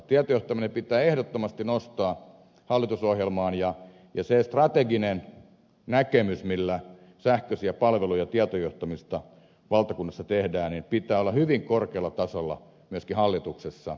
tietojohtaminen pitää ehdottomasti nostaa hallitusohjelmaan ja sen strategisen näkemyksen millä sähköisiä palveluja ja tietojohtamista valtakunnassa tehdään pitää olla hyvin korkealla tasolla myöskin hallituksessa